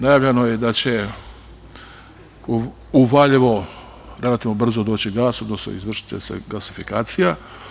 Najavljeno je da će u Valjevo relativno brzo doći gas, odnosno izvršiće se gasifikacija.